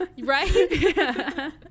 right